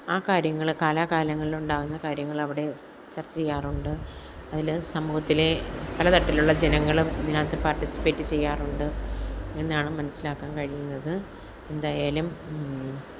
ആ കാര്യങ്ങൾ കാലാകാലങ്ങളിലുണ്ടാകുന്ന കാര്യങ്ങളവിടെ സ് ചര്ച്ച ചെയ്യാറുണ്ട് അതിൽ സമൂഹത്തിലെ പല തരത്തിലുള്ള ജനങ്ങളും ഇതിനകത്ത് പാര്ട്ടിസിപ്പേറ്റ് ചെയ്യാറുണ്ട് എന്നാണ് മനസ്സിലാക്കാന് കഴിയുന്നത് എന്തായാലും